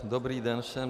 Dobrý den všem.